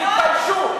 תתביישו.